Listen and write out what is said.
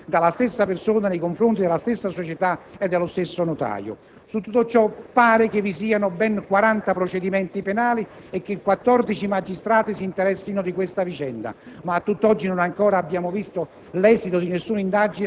4 a 5 persone, con un aumento di prezzi stipulati dalla stessa persona nei confronti della stessa società e presso lo stesso notaio. Pare vi siano ben 40 procedimenti penali e che 14 magistrati si interessino della vicenda. Ma